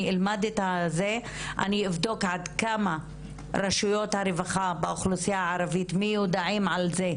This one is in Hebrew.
אני אבדוק עד כמה רשויות הרווחה באוכלוסייה הערבית מיודעים על זה,